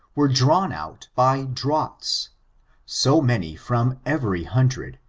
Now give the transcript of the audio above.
were drawn out by draughts so many from every hundred,